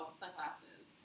sunglasses